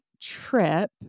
trip